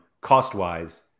cost-wise